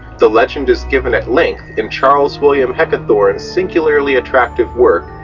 the legend is given at length in charles william heckethorn's singularly attractive work,